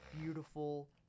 beautiful